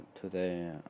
today